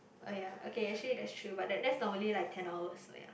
orh ya okay actually that's true but that that's normally like ten hours so ya